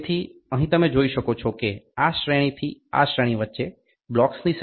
તેથી અહીં તમે જોઈ શકો છો કે આ શ્રેણીથી આ શ્રેણી વચ્ચે બ્લોક્સની સંખ્યા 0